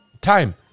time